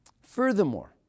Furthermore